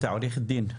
העורכת דין.